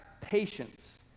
patience